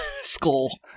school